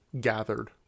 gathered